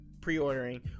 pre-ordering